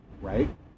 right